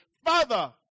father